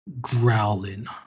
growling